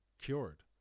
cured